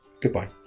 Goodbye